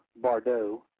Bardot